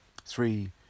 three